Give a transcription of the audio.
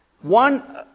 One